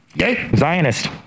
Zionist